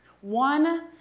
one